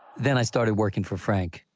then i started working for frank.